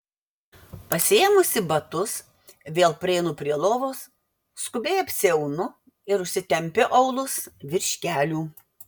pasiėmusi batus vėl prieinu prie lovos skubiai apsiaunu ir užsitempiu aulus virš kelių